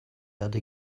erde